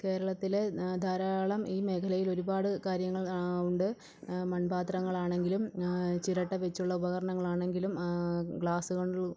കേരളത്തിൽ ധാരാളം ഈ മേഖലയിലൊരുപാട് കാര്യങ്ങൾ ഉണ്ട് മൺപാത്രങ്ങളാണെങ്കിലും ചിരട്ട വച്ചുള്ള ഉപകരണങ്ങളാണെങ്കിലും ഗ്ലാസ്സുകൊണ്ടുള്ള